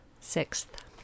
Sixth